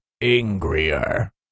angrier